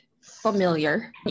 familiar